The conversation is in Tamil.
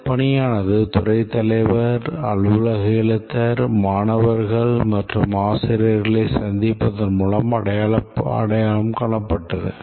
இந்த பணியானது துறைத் தலைவர் அலுவலக எழுத்தர் மாணவர்கள் மற்றும் ஆசிரியர்களைச் சந்திப்பதன் மூலம் அடையப்பட்டது